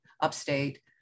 upstate